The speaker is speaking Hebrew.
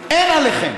אין עליכם.